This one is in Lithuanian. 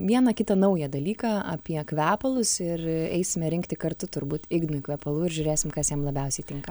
vieną kitą naują dalyką apie kvepalus ir eisime rinkti kartu turbūt ignui kvepalų ir žiūrėsim kas jam labiausiai tinka